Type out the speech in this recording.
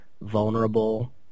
vulnerable